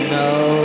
no